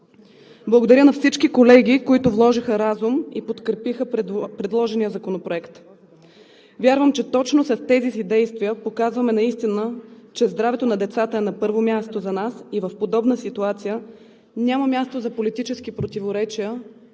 Благодаря на всички колеги, които вложиха разум и подкрепиха предложения законопроект. Вярвам, че точно с тези си действия показваме наистина, че здравето на децата е на първо място за нас и в подобна ситуация няма място за политически противоречия,